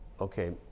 okay